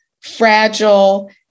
fragile